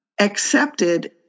accepted